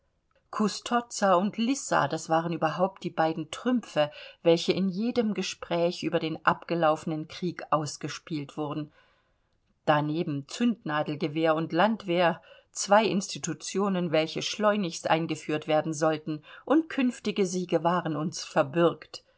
custozza und lissa das waren überhaupt die beiden trümpfe welche in jedem gespräch über den abgelaufenen krieg ausgespielt wurden daneben zündnadelgewehr und landwehr zwei institutionen welche schleunigst eingeführt werden sollten und künftige siege waren uns verbürgt